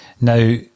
Now